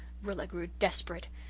rilla grew desperate.